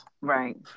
Right